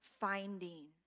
finding